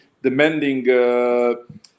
demanding